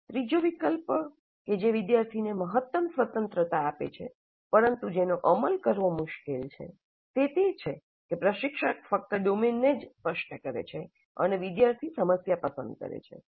ત્રીજો વિકલ્પ કે જે વિદ્યાર્થીને મહત્તમ સ્વતંત્રતા આપે છે પરંતુ જેનો અમલ કરવો મુશ્કેલ છે તે તે છે કે પ્રશિક્ષક ફક્ત ડોમેનને જ સ્પષ્ટ કરે છે અને વિદ્યાર્થીઓ સમસ્યા પસંદ કરે છે